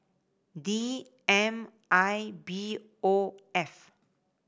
D M I B O F